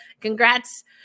Congrats